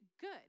good